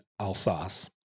Alsace